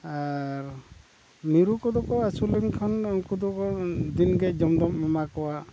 ᱟᱨ ᱢᱤᱨᱩ ᱠᱚᱫᱚ ᱠᱚ ᱟᱹᱥᱩᱞᱮᱱᱠᱷᱟᱱ ᱩᱱᱠᱩ ᱫᱚ ᱫᱤᱱᱜᱮ ᱡᱚᱢ ᱫᱚᱢ ᱮᱢᱟ ᱠᱚᱣᱟ